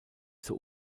zur